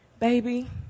baby